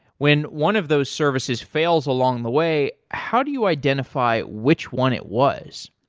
when one of those services fails along the way, how do you identify which one it was?